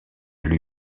lui